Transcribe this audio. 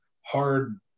hard